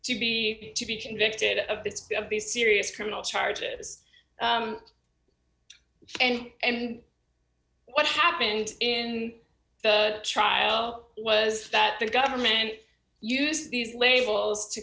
to be to be convicted of these serious criminal charges and what happened in the trial was that the government use these labels to